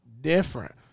different